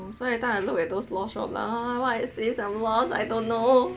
I don't know so every time I look at those law show I'll be like uh what is this I'm lost I don't know